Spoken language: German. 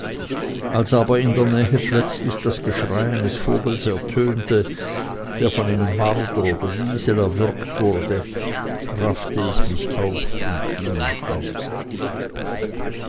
als aber in der nähe plötzlich das geschrei eines vogels ertönte der von einem marder oder wiesel erwürgt wurde raffte ich mich auf und ging nach hause